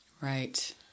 Right